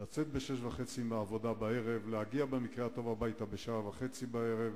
לצאת ב-18:30 מהעבודה ולהגיע במקרה הטוב הביתה ב-19:30,